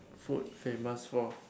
food famous for